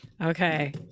Okay